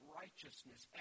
righteousness